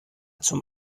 zum